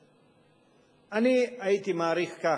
אני הייתי מעריך כך,